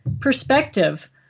perspective